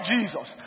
Jesus